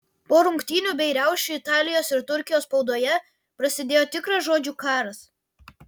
po rungtynių bei riaušių italijos ir turkijos spaudoje prasidėjo tikras žodžių karas